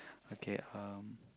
okay um